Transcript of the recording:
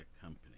company